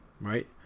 right